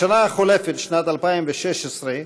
בשנה החולפת, שנת 2016,